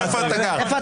"איפה אתה גר?"